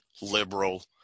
liberal